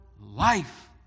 life